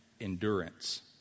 endurance